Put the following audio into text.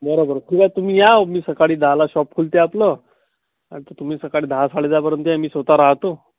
बरं बरं ठीक आहे तुम्ही या मी सकाळी दहाला शॉप खुलते आपलं आता तुम्ही सकाळी दहा साडेदहापर्यंत या मी स्वतः राहतो